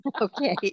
Okay